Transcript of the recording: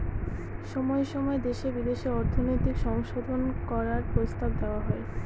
সময় সময় দেশে বিদেশে অর্থনৈতিক সংশোধন করার প্রস্তাব দেওয়া হয়